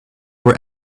were